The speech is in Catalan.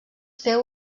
féu